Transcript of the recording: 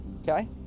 Okay